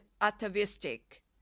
atavistic